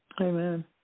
Amen